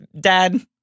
dad